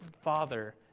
father